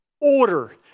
Order